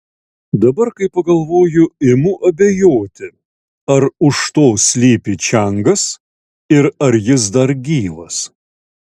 dabar kai pagalvoju imu abejoti ar už to slypi čiangas ir ar jis dar gyvas